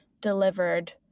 delivered